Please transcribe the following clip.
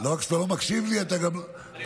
לא רק שאתה לא מקשיב לי, אתה גם, תודה רבה.